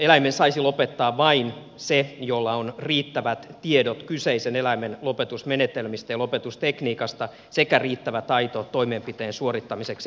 eläimen saisi lopettaa vain se jolla on riittävät tiedot kyseisen eläimen lopetusmenetelmistä ja lopetustekniikasta sekä riittävä taito toimenpiteen suorittamiseksi